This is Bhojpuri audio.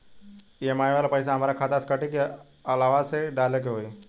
ई.एम.आई वाला पैसा हाम्रा खाता से कटी की अलावा से डाले के होई?